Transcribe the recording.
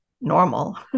normal